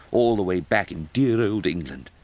all the way back in dear old england,